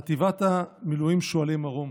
חטיבת המילואים "שועלי מרום".